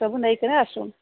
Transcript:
ସବୁ ନେଇକରି ଆସୁନ୍